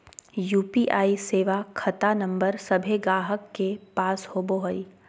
UPI सेवा खता number सभे गाहक के पास होबो हइ